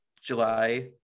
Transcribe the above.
July